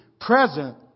present